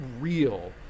real